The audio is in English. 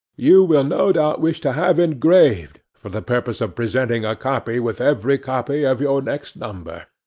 you will no doubt wish to have engraved for the purpose of presenting a copy with every copy of your next number.